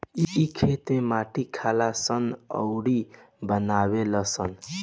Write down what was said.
इ खेत में माटी खालऽ सन अउरऊ बनावे लऽ सन